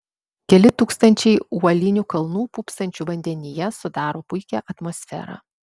keli tūkstančiai uolinių kalnų pūpsančių vandenyje sudaro puikią atmosferą